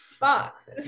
box